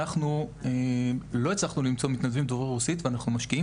אנחנו לא הצלחנו למצוא מתנדבים דוברי רוסית ואנחנו משקיעים